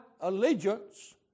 allegiance